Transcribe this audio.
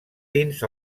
dins